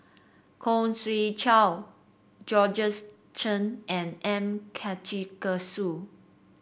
Khoo Swee Chiow Georgette Chen and M Karthigesu